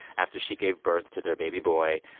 after she gave birth to their baby boy.